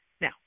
Now